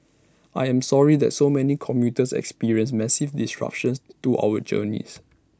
I am sorry that so many commuters experienced massive disruptions to our journeys